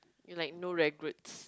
like no regrets